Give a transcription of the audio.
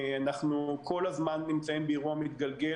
אנחנו כל הזמן נמצאים באירוע מתגלגל